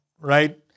right